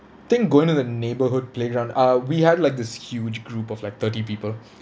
think going to the neighbourhood playground uh we had like this huge group of like thirty people